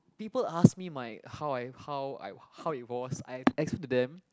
people asked me my how I how I how it was I explain to them